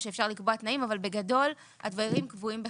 שאפשר לקבוע תנאים אבל בגדול הדברים קבועים בחקיקה.